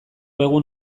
egun